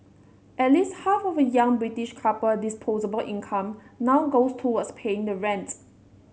at least half of a young British couple disposable income now goes towards paying rent